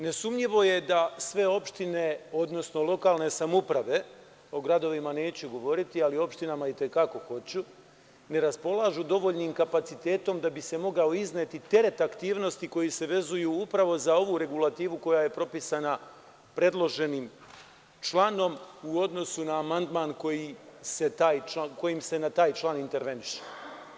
Nesumnjivo je da sve opštine, odnosno lokalne samouprave, o gradovima neću govoriti, ali o opštinama i te kako hoću, ne raspolažu dovoljnim kapacitetom da bi se mogao izneti teret aktivnosti koje se vezuju upravo za ovu regulativu koja je propisana predloženim članom u odnosu na amandman kojim se na taj član interveniše.